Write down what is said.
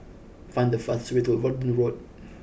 find the fastest way to Verdun Road